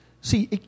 See